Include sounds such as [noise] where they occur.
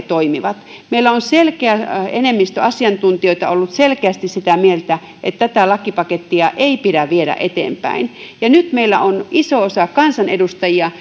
[unintelligible] toimivat meillä on selkeä enemmistö asiantuntijoista ollut selkeästi sitä mieltä että tätä lakipakettia ei pidä viedä eteenpäin nyt meillä on iso osa kansanedustajia [unintelligible]